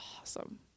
awesome